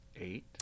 Eight